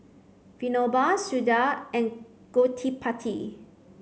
Vinoba Suda and Gottipati